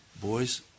boys